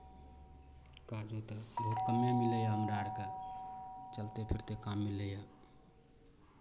काजो तऽ बहुत कम्मे मिलैए हमरा आरके चलते फिरते काम मिलैए